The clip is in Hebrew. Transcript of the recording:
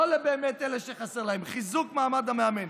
לא באמת לאלה שחסר להם, חיזוק מעמד המאמן.